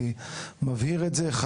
גם